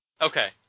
Okay